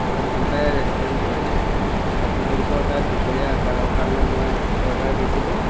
হয় মান টাই ৰেষ্টুৰেণ্ট হয়নে আপোনালোকৰ তাত দুপৰীয়াৰ আহাৰৰ কাৰণে মই অৰ্ডাৰ দিছিলোঁ